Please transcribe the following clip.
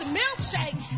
milkshake